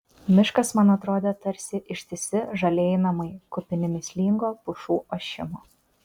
miškas man atrodė tarsi ištisi žalieji namai kupini mįslingo pušų ošimo